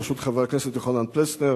בראשות חבר הכנסת יוחנן פלסנר,